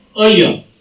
earlier